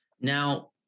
Now